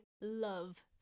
love